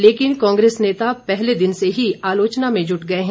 लेकिन कांग्रेस नेता पहले दिन से ही आलोचना में जुट गए हैं